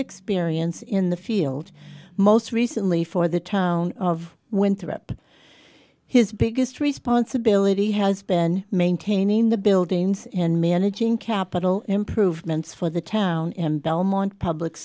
experience in the field most recently for the town of winthrop his biggest responsibility has been maintaining the buildings and managing capital improvements for the town in belmont public